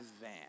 van